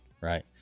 right